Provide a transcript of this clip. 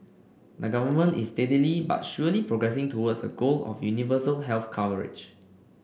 the government is steadily but surely progressing towards a goal of universal health coverage